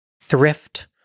thrift